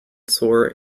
sore